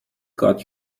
got